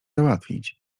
załatwić